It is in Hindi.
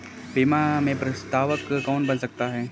बीमा में प्रस्तावक कौन बन सकता है?